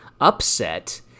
upset